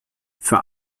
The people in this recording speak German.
für